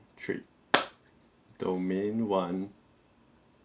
three domain one